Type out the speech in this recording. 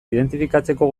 identifikatzeko